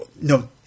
No